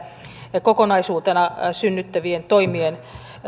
kokonaisuutena synnyttävien toimien